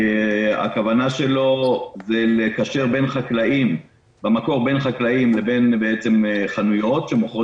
הכוונה שלו לקשר בין חקלאים לבין חנויות שמוכרות